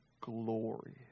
glory